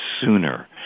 sooner